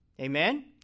amen